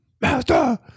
Master